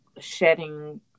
shedding